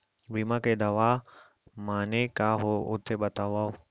बीमा के दावा माने का होथे बतावव?